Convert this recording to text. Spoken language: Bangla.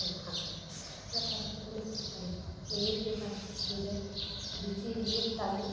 ফার্ম এবার তারা প্রথমে কী করে এনে পেপার বিছিয়ে দেয় বিছিয়ে দিয়ে তাদের